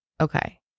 Okay